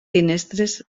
finestres